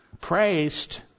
praised